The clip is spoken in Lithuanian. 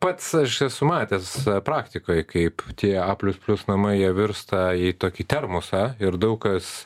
pats aš esu matęs praktikoj kaip tie a plius plius namai jie virsta į tokį termosą ir daug kas